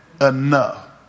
enough